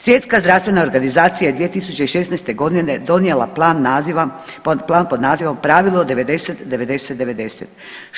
Svjetska zdravstvena organizacija je 2016. godine donije plan naziva, plan pod nazivom Pravilo 90 90 90.